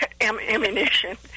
ammunition